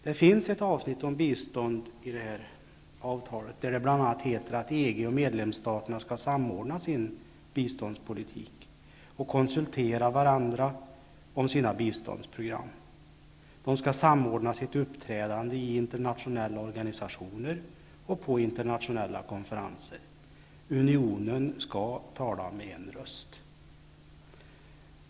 Det finns ett avsnitt om bistånd, där det bl.a. heter att EG och medlemsstaterna skall samordna sin biståndspolitik och konsultera varandra om sina biståndsprogram. De skall samordna sitt uppträdande i internationella organisationer och på internationella konferenser. Unionen skall tala med en röst.